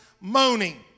moaning